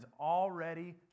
already